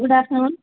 good afternoon